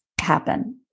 happen